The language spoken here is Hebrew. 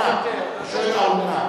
אתה שואל: האומנם?